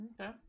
Okay